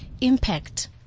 impact